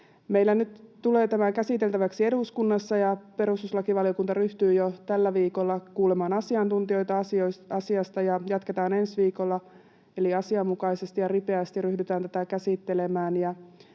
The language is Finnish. Meillä nyt tulee tämä käsiteltäväksi eduskunnassa, ja perustuslakivaliokunta ryhtyy jo tällä viikolla kuulemaan asiantuntijoita asiasta, ja jatketaan ensi viikolla, eli asianmukaisesti ja ripeästi ryhdytään tätä käsittelemään.